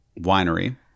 winery